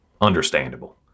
understandable